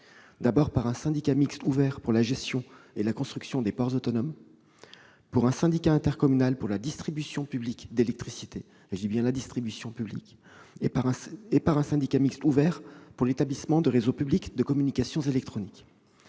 : par un syndicat mixte ouvert pour la gestion et la construction des ports autonomes ; par un syndicat intercommunal pour la distribution publique d'électricité ; par un syndicat mixte ouvert pour l'établissement des réseaux publics de communication électronique.